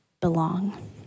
belong